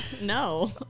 No